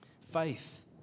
Faith